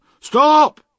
Stop